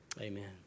Amen